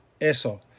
eso